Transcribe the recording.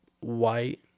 white